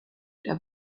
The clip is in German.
der